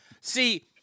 See